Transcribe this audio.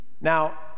Now